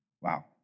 Wow